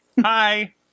Hi